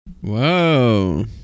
Whoa